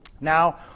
Now